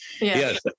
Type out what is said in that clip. Yes